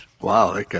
wow